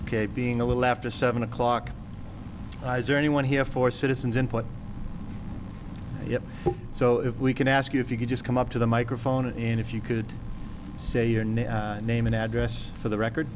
ok being a little after seven o'clock riser anyone here for citizens input yes so if we can ask you if you could just come up to the microphone and if you could say your name name and address for the record